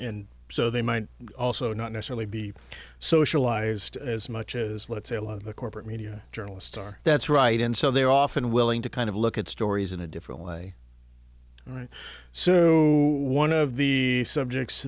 and so they might also not necessarily be socialized as much as let's say a lot of the corporate media journalists are that's right and so they're often willing to kind of look at stories in a different way and so one of the subjects